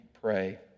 pray